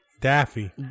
Daffy